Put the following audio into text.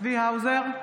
צבי האוזר,